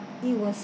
it was